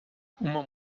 uma